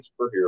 superhero